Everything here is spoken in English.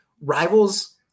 rivals